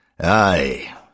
Aye